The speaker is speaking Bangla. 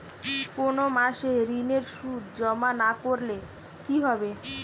কোনো মাসে ঋণের সুদ জমা না করলে কি হবে?